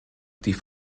die